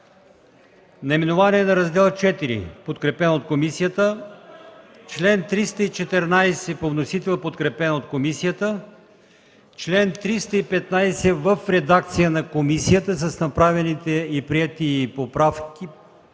наименованието на Раздел ІV, подкрепен от комисията; чл. 314 по вносител, подкрепен от комисията; чл. 315 в редакция на комисията с направените и приети поправки